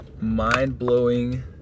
mind-blowing